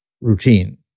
routine